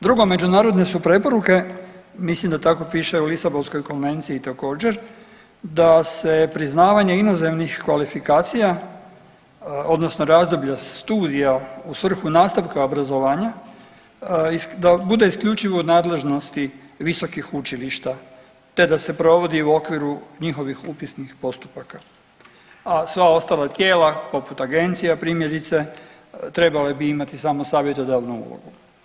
Drugo, međunarodne su preporuke, mislim da tako piše u Lisabonskoj konvenciji također da se priznavanje inozemnih kvalifikacija odnosno razdoblja studija u svrhu nastavka obrazovanja da bude isključivo u nadležnosti visokih učilišta te da se provodi u okviru njihovim upisnih postupaka, a sva ostala tijela poput agencija primjerice trebale bi imati samo savjetodavnu ulogu.